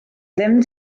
ddim